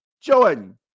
Jordan